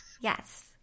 Yes